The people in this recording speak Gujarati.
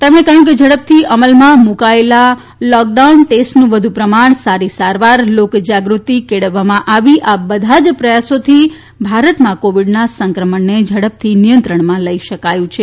તેમણે કહ્યું કે ઝડપથી અમલમાં મૂકાયેલ લોકડાઉન ટેસ્ટનું વધુ પ્રમાણ સારી સારવાર લોકજાગૃતિ કેળવવામાં આવી આ બધાજ પ્રયાસોથી ભારતમાં કોવિડના સંક્રમણને ઝડપથી નિયંત્રણમાં લઇ શકાયું છે